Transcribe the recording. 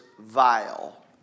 vile